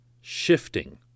shifting